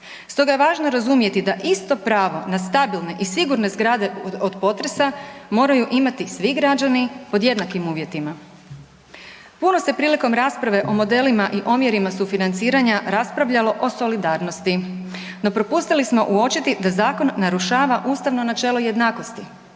stoga je važno razumjeti da isto pravo na stabilne i sigurne zgrade od potresa, moraju imati svi građani pod jednakim uvjetima. Puno se prilikom rasprave o modelima i omjerima sufinanciranja raspravljalo o solidarnosti no propustili smo uočiti da zakon narušava ustavno načelo jednakosti.